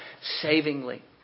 savingly